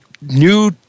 new